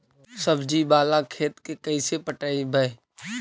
सब्जी बाला खेत के कैसे पटइबै?